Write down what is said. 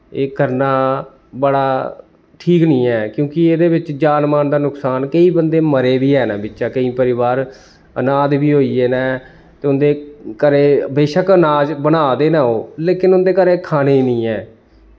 एह् करना बड़ा ठीक निं ऐ क्योंकि एह्दे बिच्च जान माल दा नकसान केईं बंदे मरे बी हैन बिच्चां केईं परिवार अनाथ बी होई गे न ते उं'दे घरै बेशक्क नाज बना दे न ओह् लेकिन उं'दे घरै च खाने निं ऐ